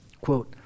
quote